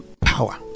power